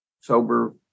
sober